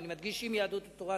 ואני מדגיש עם יהדות התורה,